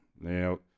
Now